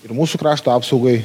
ir mūsų krašto apsaugai